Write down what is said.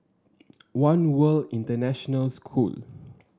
One World International School